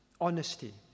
Honesty